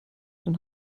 den